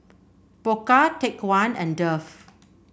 Pokka Take One and Dove